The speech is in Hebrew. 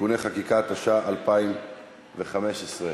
(תיקוני חקיקה), התשע"ה 2015,